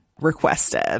requested